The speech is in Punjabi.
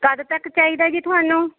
ਕੱਦ ਤੱਕ ਚਾਹੀਦਾ ਜੀ ਤੁਹਾਨੂੰ